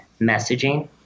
messaging